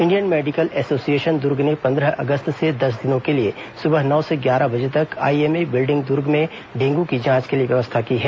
Indian Medical Association Durg ने पंद्रह अगस्त से दस दिनों के लिए सुबह नौ से ग्यारह बजे तक आईएमए बिल्डिंग दुर्ग में डेंगू की जांच के लिए व्यवस्था की है